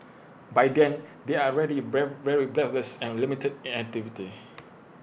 by then they are ready breath very breathless and limited in activity